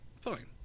Fine